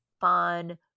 fun